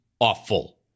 awful